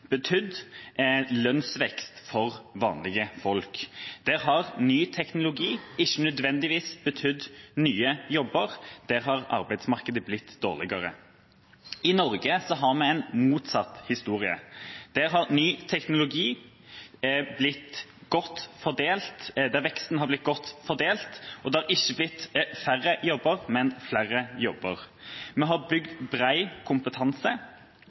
betydd lønnsvekst for vanlige folk. Der har ny teknologi ikke nødvendigvis betydd nye jobber, og arbeidsmarkedet der har blitt dårligere. I Norge har vi en motsatt historie. Her har ny teknologi blitt godt fordelt, veksten har blitt godt fordelt, og det har ikke blitt færre, men flere jobber. Vi har bygd bred kompetanse